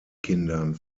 kindern